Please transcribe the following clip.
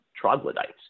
troglodytes